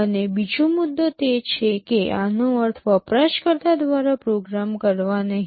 અને બીજો મુદ્દો તે છે કે આનો અર્થ વપરાશકર્તા દ્વારા પ્રોગ્રામ કરવા નથી